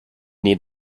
need